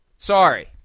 Sorry